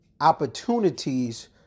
opportunities